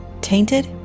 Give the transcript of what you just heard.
Tainted